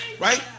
Right